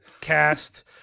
Cast